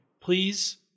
please